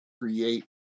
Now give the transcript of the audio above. create